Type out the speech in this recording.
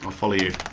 follow you